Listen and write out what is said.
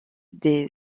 des